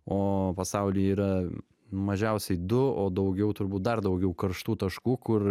o pasauly yra mažiausiai du o daugiau turbūt dar daugiau karštų taškų kur